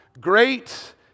Great